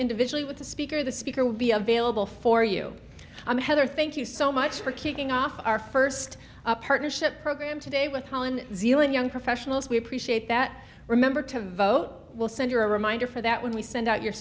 individually with the speaker the speaker will be available for you i'm heather thank you so much for kicking off our first partnership program today with helen zealand young professionals we appreciate that remember to vote we'll send you a reminder for that when we send out your